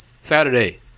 Saturday